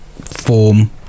form